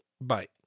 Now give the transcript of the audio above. Bye